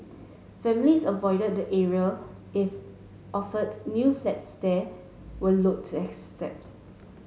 families avoided the area if offered new flats there were loathe to accept